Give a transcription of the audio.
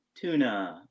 tuna